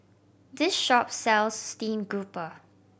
this shop sells steamed grouper